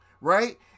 right